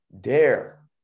dare